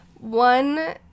One